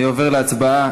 אני עובר להצבעה.